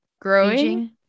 growing